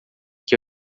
que